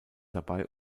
dabei